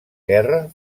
guerra